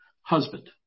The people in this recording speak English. husband